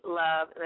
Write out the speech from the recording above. love